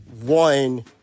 one